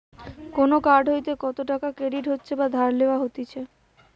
কোন কার্ড হইতে কত টাকা ক্রেডিট হচ্ছে বা ধার লেওয়া হতিছে